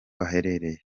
aherereye